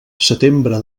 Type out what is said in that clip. setembre